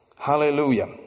Hallelujah